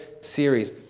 series